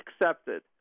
accepted